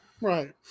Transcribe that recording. Right